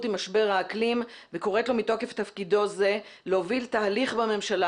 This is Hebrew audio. עם משבר האקלים וקוראת לו מתוקף תפקידו זה להוביל תהליך בממשלה